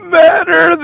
better